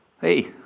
Hey